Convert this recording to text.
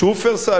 "שופרסל",